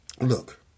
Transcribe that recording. Look